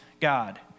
God